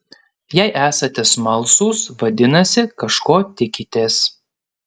jei esate smalsūs vadinasi kažko tikitės